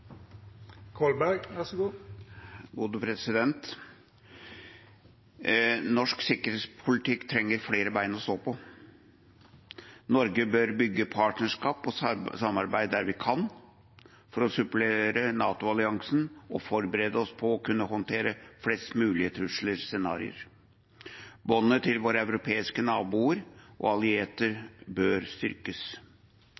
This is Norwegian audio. Norsk sikkerhetspolitikk trenger flere ben å stå på. Norge bør bygge partnerskap og samarbeid der vi kan, for å supplere NATO-alliansen og forberede oss på å kunne håndtere flest mulig trusler og scenarioer. Båndet til våre europeiske naboer og